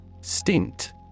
Stint